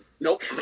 nope